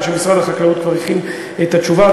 שמשרד החקלאות כבר הכין את התשובה,